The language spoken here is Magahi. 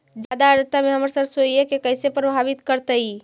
जादा आद्रता में हमर सरसोईय के कैसे प्रभावित करतई?